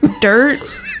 Dirt